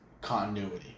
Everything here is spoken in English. continuity